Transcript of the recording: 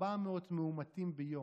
2,400 מאומתים ביום.